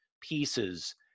pieces